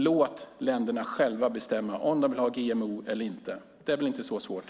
Låt länderna själva bestämma om de vill ha GMO eller inte. Det är väl inte så svårt?